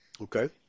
Okay